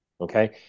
okay